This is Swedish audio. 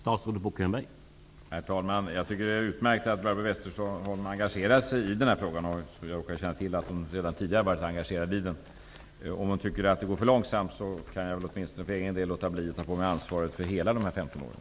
Herr talman! Det är utmärkt att Barbro Westerholm engagerat sig i den här frågan -- jag råkar känna till att hon redan tidigare varit engagerad i den. Om hon tycker att det går för långsamt kan jag väl åtminstone för egen del låta bli att ta på mig ansvaret för alla de här 15 åren.